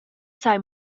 sai